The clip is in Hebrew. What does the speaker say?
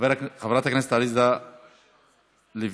חברת הכנסת עליזה לביא,